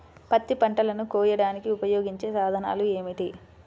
పత్తి పంటలను కోయడానికి ఉపయోగించే సాధనాలు ఏమిటీ?